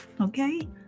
okay